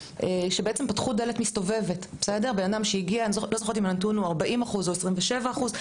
שבעצם פתחו דלת מסתובבת; אני לא זוכרת אם הנתון הוא 40 אחוז או 27 אחוז,